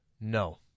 No